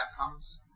outcomes